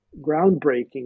groundbreaking